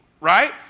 right